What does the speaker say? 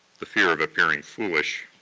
the fear of appearing foolish.